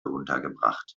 untergebracht